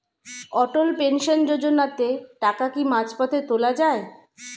অটল pension যোজনাতে টাকা কি মাঝপথে তোলা যায়?